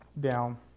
down